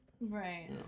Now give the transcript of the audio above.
Right